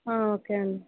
okay అండి